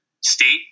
state